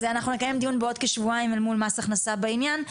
אז אנחנו נקיים דיון בעוד כשבועיים אל מול מס הכנסה בעניין.